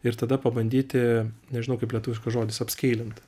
ir tada pabandyti nežinau kaip lietuviškas žodis apskeilint